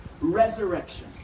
resurrection